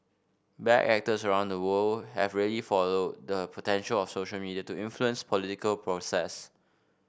bad actors around the world have really followed the potential of social media to influence political process